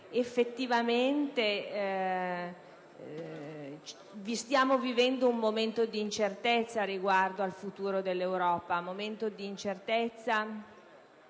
effettivamente stiamo vivendo un momento di incertezza riguardo al futuro dell'Europa;